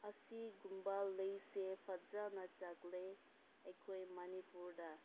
ꯑꯁꯤꯒꯨꯝꯕ ꯂꯩꯁꯦ ꯐꯖꯅ ꯆꯠꯂꯦ ꯑꯩꯈꯣꯏ ꯃꯅꯤꯄꯨꯔꯗ